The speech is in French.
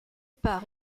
part